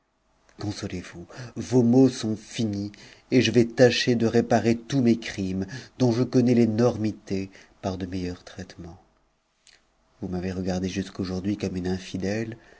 consolez-vous vos maux sont finis et je vais tâcher de réparer tous mes crimes dont je connais l'énormite par de meilleurs traitements vous m'avez regardée jusqu'aujourd'h comme une infidèle